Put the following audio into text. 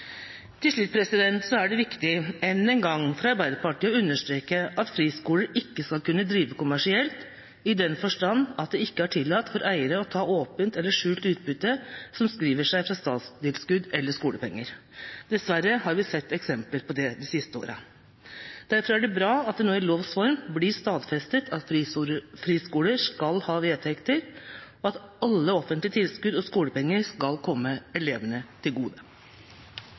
Til slutt: Det er viktig, enda en gang, for Arbeiderpartiet å understreke at friskoler ikke skal kunne drive kommersielt, i den forstand at det ikke er tillatt for eiere å ta åpent eller skjult utbytte som skriver seg fra statstilskudd eller skolepenger. Dessverre har vi sett eksempler på det de siste åra. Derfor er det bra at det nå i lovs form blir stadfestet at friskoler skal ha vedtekter, og at alle offentlige tilskudd og skolepenger skal komme elevene til gode.